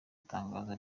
tangazo